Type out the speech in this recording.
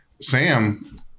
Sam